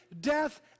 death